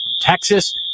Texas